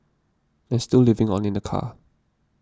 and still living on in the car